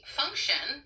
function